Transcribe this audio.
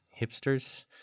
hipsters